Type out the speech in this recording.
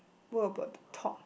what about the top